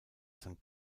san